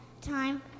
time